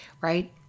right